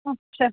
آچھا